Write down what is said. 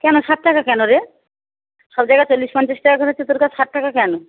কেনো ষাট টাকা কেনো রে সব জায়গায় চল্লিশ পঞ্চাশ টাকা করে হচ্ছে তোর কাছে ষাট টাকা কেনো